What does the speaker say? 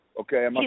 Okay